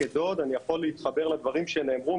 כדוד אני יכול להתחבר לדברים שנאמרו,